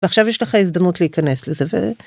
ועכשיו יש לך הזדמנות להיכנס לזה.